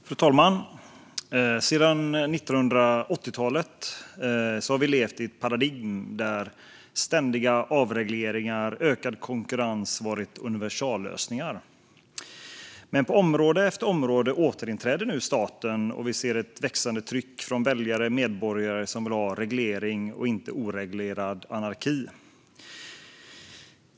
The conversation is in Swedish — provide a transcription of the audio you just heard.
Fru talman! Sedan 1980-talet har vi levt i ett paradigm där ständiga avregleringar och ökad konkurrens varit universallösningar. Men på område efter område återinträder nu staten, och vi ser ett växande tryck från väljare och medborgare som vill ha reglering och inte oreglerad anarki.